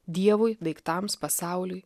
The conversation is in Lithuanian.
dievui daiktams pasauliui